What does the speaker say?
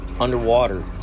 Underwater